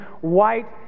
white